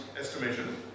estimation